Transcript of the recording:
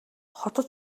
хотод